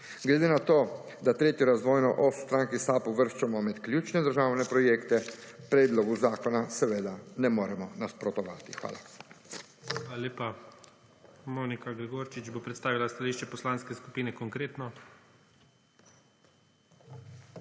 Glede na to, da tretjo razvojno os v stranki SAB uvrščamo med ključne države projekte, predlogu zakona seveda ne moremo nasprotovati. Hvala.